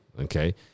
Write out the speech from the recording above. okay